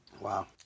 wow